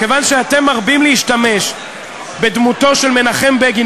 כיוון שאתם מרבים להשתמש בדמותו של מנחם בגין,